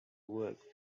work